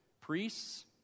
Priests